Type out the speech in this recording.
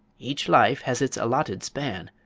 each life has its allotted span,